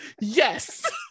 yes